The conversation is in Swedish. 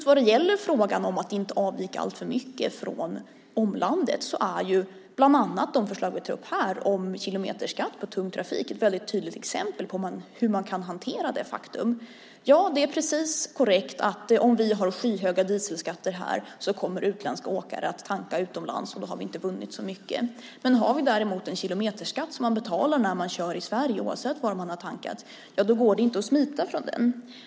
Vad gäller frågan om att inte avvika alltför mycket från omvärlden är bland annat de förslag vi tar upp här om kilometerskatt på tung trafik ett tydligt exempel på hur man kan hantera detta faktum. Det är alldeles korrekt att om vi har skyhöga dieselskatter här så kommer utländska åkare att tanka utomlands, och då har vi inte vunnit så mycket. Har vi däremot en kilometerskatt som man betalar när man kör i Sverige oavsett var man har tankat så går det inte att smita från den.